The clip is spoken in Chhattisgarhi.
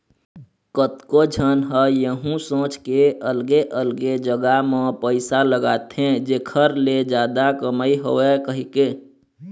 कतको झन ह यहूँ सोच के अलगे अलगे जगा म पइसा लगाथे जेखर ले जादा कमई होवय कहिके